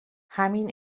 همین